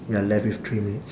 we are left with three minutes